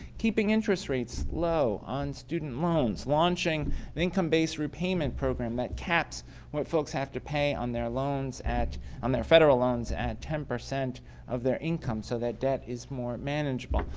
keeping interest rates low on student loans, launching the income based repayment program that caps what folks have to pay on their loans on their federal loans at ten percent of their income. so, that debt is more manageable.